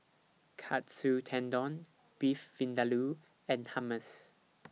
Katsu Tendon Beef Vindaloo and Hummus